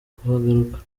kuhagaruka